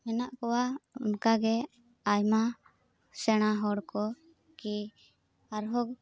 ᱢᱮᱱᱟᱜ ᱠᱚᱣᱟ ᱚᱱᱠᱟᱜᱮ ᱟᱭᱢᱟ ᱥᱮᱬᱟ ᱦᱚᱲ ᱠᱚ ᱠᱤ ᱟᱨᱦᱚᱸ